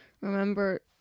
Remember